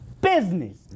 business